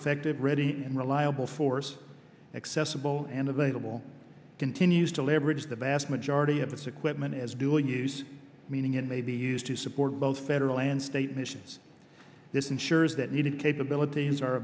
effective ready and reliable force accessible and available continues to leverage the vast majority of its equipment is doing use meaning it may be used to support both federal and state missions this ensures that needed capabilities are